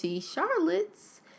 Charlotte's